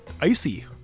icy